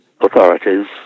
authorities